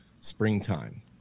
springtime